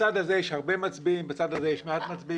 בצד הזה יש הרבה מצביעים ובצד הזה יש מעט מצביעים,